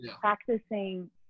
practicing